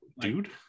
dude